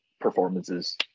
performances